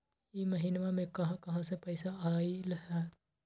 इह महिनमा मे कहा कहा से पैसा आईल ह?